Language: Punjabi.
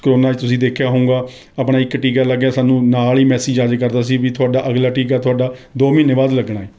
ਕੋਰੋਨਾ 'ਚ ਤੁਸੀਂ ਦੇਖਿਆ ਹੋਊਂਗਾ ਆਪਣਾ ਇਕ ਟੀਕਾ ਲੱਗਿਆ ਸਾਨੂੰ ਨਾਲ ਹੀ ਮੈਸੇਜ ਆਜੇ ਕਰਦਾ ਸੀ ਵੀ ਤੁਹਾਡਾ ਅਗਲਾ ਟੀਕਾ ਤੁਹਾਡਾ ਦੋ ਮਹੀਨੇ ਬਾਅਦ ਲੱਗਣਾ ਹੈ